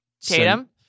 Tatum